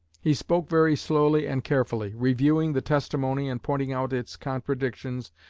he spoke very slowly and carefully, reviewing the testimony and pointing out its contradictions,